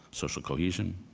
social cohesion,